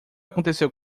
aconteceu